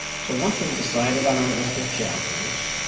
so once we've decided on our list of chapters